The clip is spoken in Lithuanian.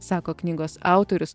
sako knygos autorius